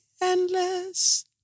endless